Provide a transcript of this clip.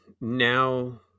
now